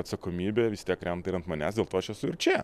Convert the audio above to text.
atsakomybė vis tiek krenta ir ant manęs dėl to aš esu čia